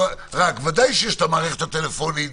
ודאי שיש את המערכת הטלפונית,